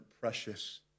precious